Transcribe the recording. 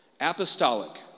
Apostolic